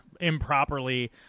improperly